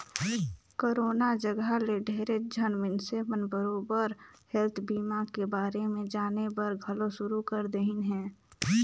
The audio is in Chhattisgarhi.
करोना जघा ले ढेरेच झन मइनसे मन बरोबर हेल्थ बीमा के बारे मे जानेबर घलो शुरू कर देहिन हें